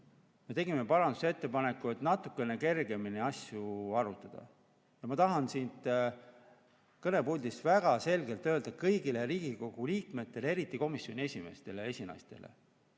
Me tegime parandusettepaneku, et natukene kergemini asju arutada. Ma tahan siit kõnepuldist väga selgelt öelda kõigile Riigikogu liikmetele, eriti komisjoni esimeestele ja esinaistele: